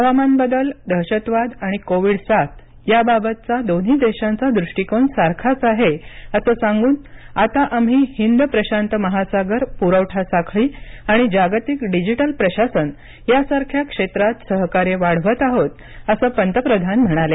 हवामान बदल दहशतवाद आणि कोविड साथ याबाबतचा दोन्ही देशांचा दृष्टीकोन सारखाच आहे असं सांगून आता आम्ही हिंद प्रशांत महासागर पुरवठा साखळी आणि जागतिक डिजिटल प्रशासन यासारख्या क्षेत्रात सहकार्य वाढवत आहोत असं पंतप्रधान म्हणाले